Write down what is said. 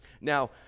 Now